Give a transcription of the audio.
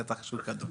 נתח שוק גדול.